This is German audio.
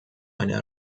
eine